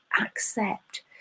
accept